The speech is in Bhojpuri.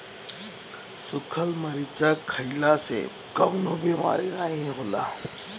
सुखल मरीचा खईला से कवनो बेमारी नाइ होला